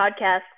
podcast